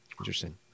Interesting